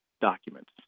documents